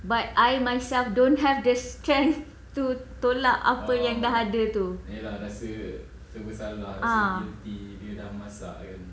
but I myself don't have the strength to tolak apa yang dah ada tu ah